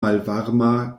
malvarma